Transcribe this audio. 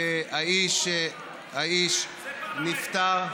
האיש נפטר,